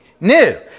new